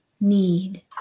need